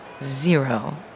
Zero